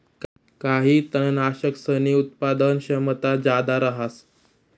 काही तननाशकसनी उत्पादन क्षमता जादा रहास